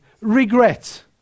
Regret